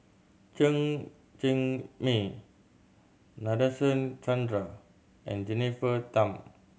Chen Cheng Mei Nadasen Chandra and Jennifer Tham